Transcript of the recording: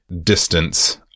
distance